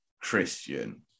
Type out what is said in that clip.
Christian